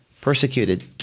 persecuted